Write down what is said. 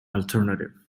alternative